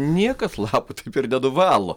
niekas lapų taip ir nenuvalo